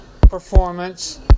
performance